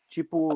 Tipo